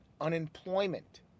unemployment